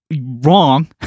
Wrong